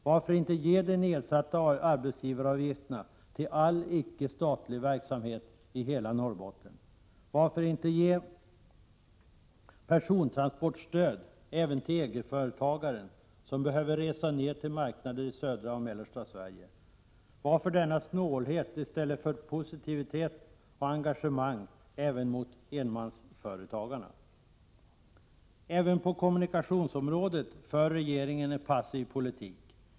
Varför inte ge nedsatta arbetsgivaravgifter till all icke-statlig verksamhet i hela Norrbotten? Varför inte ge persontransportstöd även till egenföretagaren som behöver resa ner till marknader i södra och mellersta Sverige? Varför denna snålhet i stället för positivitet och engagemang även mot enmansföretagarna? Även på kommunikationsområdet för regeringen en passiv politik.